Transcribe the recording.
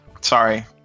Sorry